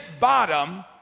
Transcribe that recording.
bottom